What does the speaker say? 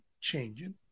changing